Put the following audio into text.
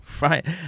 right